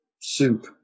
soup